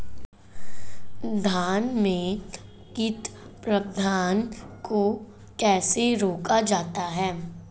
धान में कीट प्रबंधन को कैसे रोका जाता है?